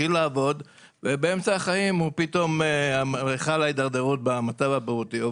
התחיל לעבוד ובאמצע החיים פתאום חלה הידרדרות במצב הבריאותי שלו,